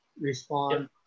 respond